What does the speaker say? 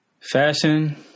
fashion